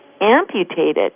amputated